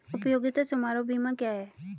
उपयोगिता समारोह बीमा क्या है?